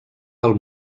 del